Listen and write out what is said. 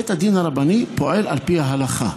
בית הדין הרבני פועל על פי ההלכה.